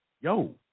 yo